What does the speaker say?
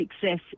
success